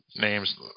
names